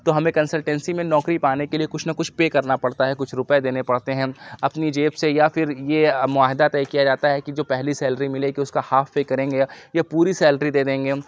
تو ہمیں کنسلٹینسی میں نوکری پانے کے لیے کچھ نہ کچھ پے کرنا پڑتا ہے کچھ روپے دینے پڑتے ہیں اپنی جیب سے یا پھر یہ معاہدہ طے کیا جاتا ہے کہ جو پہلی سیلری ملے گی اُس کا ہاف پے کریں گے یا پوری سیلری دے دیں گے ہم